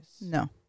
No